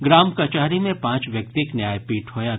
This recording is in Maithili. ग्राम कचहरी मे पांच व्यक्तिक न्याय पीठ होयत